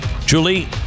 Julie